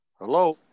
Hello